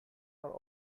are